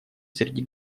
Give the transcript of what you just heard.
среди